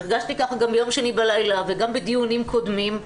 הרגשתי כך גם ביום שני בלילה וגם בדיונים קודמים,